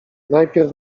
najpierw